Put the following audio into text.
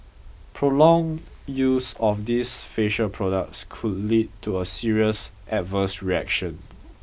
prolonged use of these facial products could lead to a serious adverse reactions